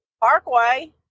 parkway